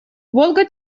волга